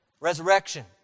resurrection